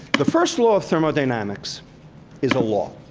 the first law of thermodynamics is a law.